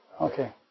Okay